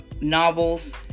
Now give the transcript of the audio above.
novels